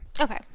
Okay